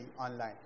online